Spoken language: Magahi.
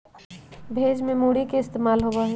भेज में भी मूरी के इस्तेमाल होबा हई